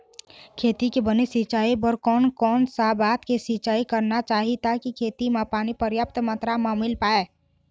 खेती के बने सिचाई बर कोन कौन सा बात के धियान रखना चाही ताकि खेती मा पानी पर्याप्त मात्रा मा मिल पाए?